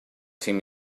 team